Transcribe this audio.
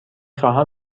خواهم